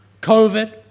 COVID